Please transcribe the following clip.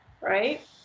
right